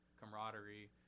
camaraderie